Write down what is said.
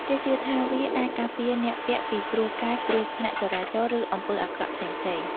គេជឿថាវាអាចការពារអ្នកពាក់ពីគ្រោះកាច គ្រោះថ្នាក់ចរាចរណ៍ ឬអំពើអាក្រក់ផ្សេងៗ។